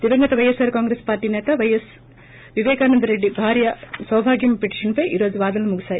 దివంగత YSR Congress party సేత విపేకానంద రెడ్డి భార్య సౌభాగ్యమ్మ పిటిషన్పై ఈ రోజు వాదనలు ముగిశాయి